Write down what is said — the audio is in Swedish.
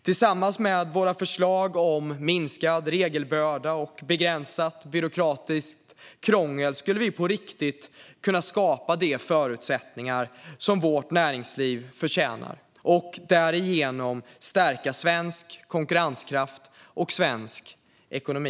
Tillsammans med våra förslag om minskad regelbörda och begränsat byråkratiskt krångel skulle vi på riktigt kunna skapa de förutsättningar som vårt näringsliv förtjänar och därigenom stärka svensk konkurrenskraft och svensk ekonomi.